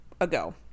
ago